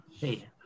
Hey